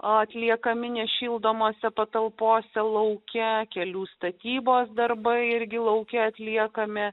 atliekami nešildomose patalpose lauke kelių statybos darbai irgi lauke atliekame